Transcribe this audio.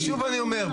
אז שוב אני אומר,